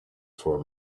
for